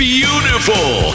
Beautiful